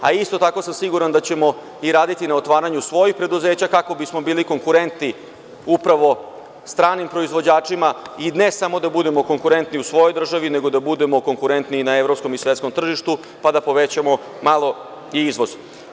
Isto tako sam siguran da ćemo i raditi na otvaranju svojih preduzeća, kako bismo bili konkurenti upravo stranim proizvođačima i ne samo da budemo konkurentni u svojoj državi, nego da budemo konkurentni i na evropskom i na svetskom tržištu, pa da povećamo malo i izvoz.